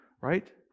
Right